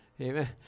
Amen